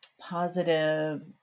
positive